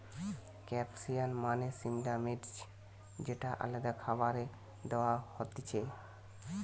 capsicum মানে সিমলা মির্চ যেটা আলাদা খাবারে দেয়া হতিছে